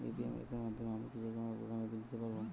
UPI অ্যাপের মাধ্যমে আমি কি যেকোনো দোকানের বিল দিতে পারবো?